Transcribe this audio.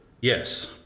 Yes